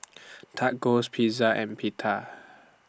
Tacos Pizza and Pita